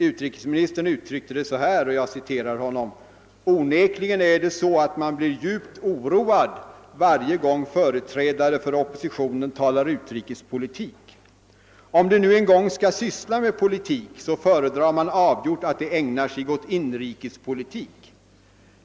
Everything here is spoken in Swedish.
Utrikesministern uttryckte det så här: »Onekligen är det så att man blir djupt oroad varje gång företrädare för oppositionen talar utrikespolitik. Om de nu en gång skall syssla med politik så föredrar man avgjort att de ägnar sig åt inrikespolitik.